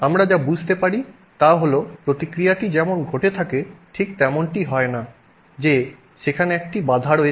আমরা যা বুঝতে পারি তা হল প্রতিক্রিয়াটি যেমন ঘটে থাকে ঠিক তেমনটি হয় না যে সেখানে একটি বাধা রয়েছে